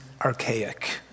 archaic